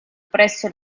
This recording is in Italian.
presso